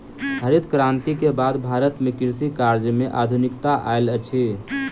हरित क्रांति के बाद भारत में कृषि कार्य में आधुनिकता आयल अछि